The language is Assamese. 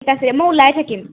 ঠিক আছে মই ওলাই থাকিম